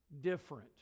different